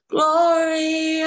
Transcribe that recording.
Glory